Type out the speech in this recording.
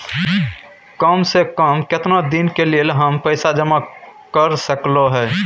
काम से कम केतना दिन के लेल हम पैसा जमा कर सकलौं हैं?